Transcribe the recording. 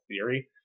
theory